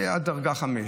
היא שאדם לא אומר את האמת.